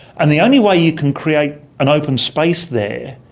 and the only way you can create an open space there,